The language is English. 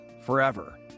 forever